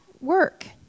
work